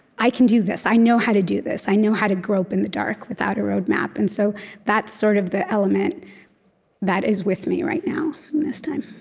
i can do this. i know how to do this. i know how to grope in the dark without a road map. and so that's sort of the element that is with me right now, in this time